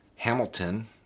Hamilton